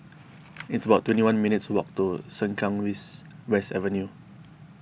it's about twenty one minutes' walk to Sengkang vis West Avenue